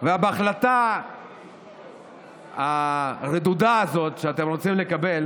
ובהחלטה הרדודה הזאת שאתם רוצים לקבל